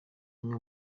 mwe